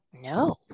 No